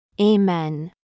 Amen